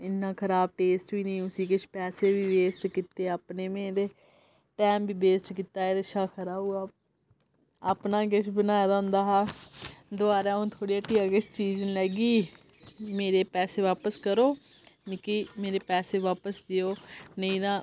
इ'न्ना खराब टेस्ट बी नेईं उसी किश पैसे बी वेस्ट कीते अपने में ते टैम बी वेस्ट कीता एह्दे शा खरा हा ओह् अपना गै किश बनाए दा होंदा हा दबारै आ'ऊं थुआढ़ी हट्टिया किश चीज नेईं लैगी मेरे पैसे बापस करो मिकी मेरे पैसे बापस देओ नेईं तां